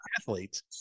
athletes